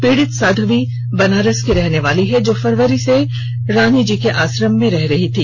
पीड़ित साध्वी बनारस की रहने वाली है जो फरवरी से रानी जी के आश्रम में रह रही थी